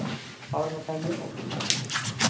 और बताइए